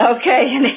Okay